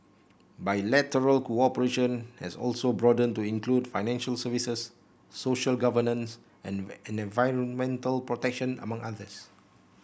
bilateral cooperation has also broadened to include financial services social governance and and environmental protection among others